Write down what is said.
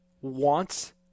wants